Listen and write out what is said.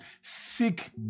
seek